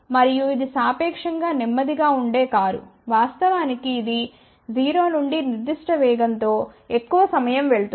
మరియు ఇది సాపేక్షంగా నెమ్మదిగా ఉండే కారు వాస్తవానికి ఇది 0 నుండి నిర్దిష్ట వేగంతో ఎక్కువ సమయం వెళుతుంది